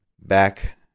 back